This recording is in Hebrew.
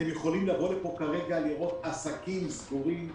אתם יכולים לבוא לכאן עכשיו ולראות עסקים סגורים,